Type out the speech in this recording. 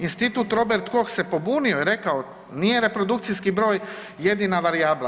Institut Robert Koks se pobunio i rekao nije reprodukcijski broj jedina varijabla.